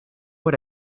what